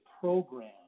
program